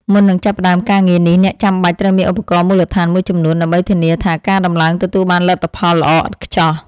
មុននឹងចាប់ផ្ដើមការងារនេះអ្នកចាំបាច់ត្រូវមានឧបករណ៍មូលដ្ឋានមួយចំនួនដើម្បីធានាថាការដំឡើងទទួលបានលទ្ធផលល្អឥតខ្ចោះ។